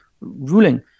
ruling